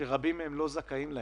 שרבים מהם לא זכאים לו.